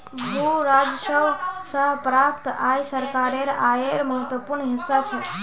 भू राजस्व स प्राप्त आय सरकारेर आयेर महत्वपूर्ण हिस्सा छेक